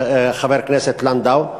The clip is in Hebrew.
חבר הכנסת לנדאו,